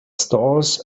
stalls